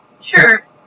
sure